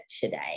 today